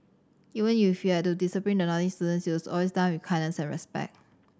even you had to discipline the naughty students it was always done with kindness and respect